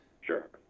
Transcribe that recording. Sure